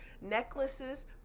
necklaces